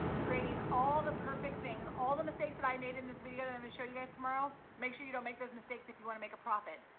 creating all the perfect things, all the mistakes that i made in this video that i'm gonna show you guys tomorrow, make sure you don't make those mistakes if you wanna make a profit.